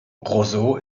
roseau